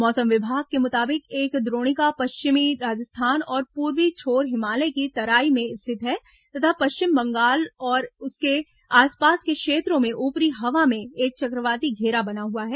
मौसम विभाग के मुताबिक एक द्रोणिका पश्चिम राजस्थान और और पूर्वी छोर हिमालय की तराई में स्थित है तथा पश्चिम बंगाल और उसके आसपास के क्षेत्रों में ऊपरी हवा में एक चक्रवाती घेरा बना हुआ है